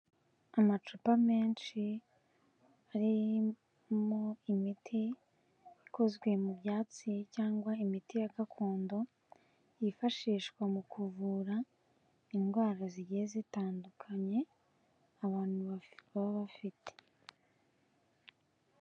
Amacupa menshi, arimo imiti ikozwe mu byatsi cyangwa imiti ya gakondo, yifashishwa mu kuvura indwara zigiye zitandukanye, abantu baba bafite.